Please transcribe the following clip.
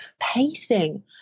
pacing